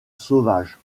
sauvages